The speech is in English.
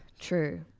True